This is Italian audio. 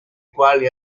quali